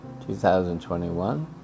2021